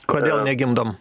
kodėl negimdom